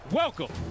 welcome